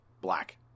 black